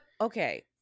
Okay